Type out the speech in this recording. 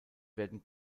werden